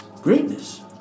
greatness